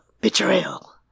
Betrayal